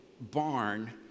barn